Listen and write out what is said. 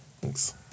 Thanks